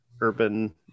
urban